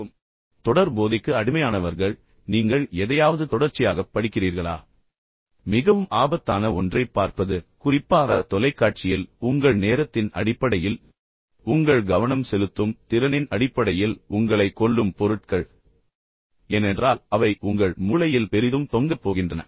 E தொடர் போதைக்கு அடிமையானவர்கள் நீங்கள் எதையாவது தொடர்ச்சியாகப் படிக்கிறீர்களா அல்லது நீங்கள் உண்மையில் இருக்கிறீர்களா மிகவும் ஆபத்தான ஒன்றைப் பார்ப்பது குறிப்பாக தொலைக்காட்சியில் உங்கள் நேரத்தின் அடிப்படையில் மற்றும் உங்கள் கவனம் செலுத்தும் திறனின் அடிப்படையில் உங்களைக் கொல்லும் பொருட்கள் ஏனென்றால் அவை உங்கள் மூளையில் பெரிதும் தொங்கப் போகின்றன